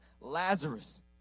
Lazarus